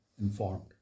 informed